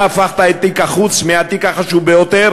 אתה הפכת את תיק החוץ מהתיק החשוב ביותר